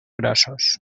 grossos